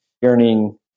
yearning